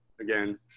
again